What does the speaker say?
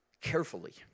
carefully